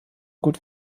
gut